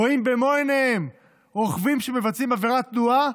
רואים במו עיניהם רוכבים שמבצעים עבירת תנועה,